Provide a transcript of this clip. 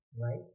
Right